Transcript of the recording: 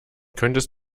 könntest